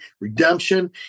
redemption